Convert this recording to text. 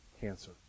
cancer